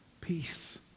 peace